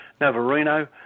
Navarino